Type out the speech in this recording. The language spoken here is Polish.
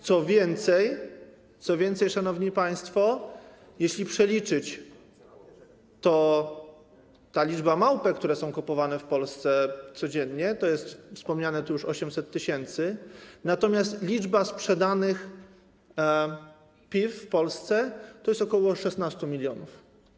Co więcej, szanowni państwo, jeśliby to policzyć, to liczba małpek, które są kupowane w Polsce codziennie, to jest wspomniane tu już 800 tys., natomiast liczba sprzedanych piw w Polsce to jest ok. 16 mln.